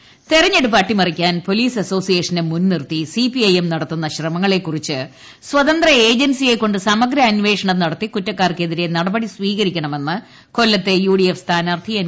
K Premachandran തെരഞ്ഞെടുപ്പ് അട്ടിമറിക്കാൻ police അസോസിയേഷനെ മുൻനിർത്തി സിപിഐ എം ശ്രമങ്ങളെക്കുറിച്ച് നടത്തുന്ന സ്വതന്ത്ര ഏജൻസിയെക്കൊണ്ട് സമഗ്ര അന്വേഷണം നടത്തി കുറ്റക്കാർക്കെതിരെ നടപടി സ്വീകരിക്കണമെന്ന് കൊല്ലത്തെ യുഡിഎഫ് സ്ഥാനാർഥി എൻ